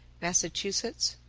massachusetts,